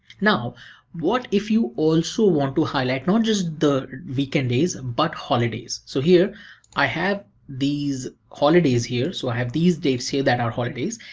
now what if you also want to highlight not just the weekend days, but holidays? so i have these holidays here, so i have these dates here that are holidays,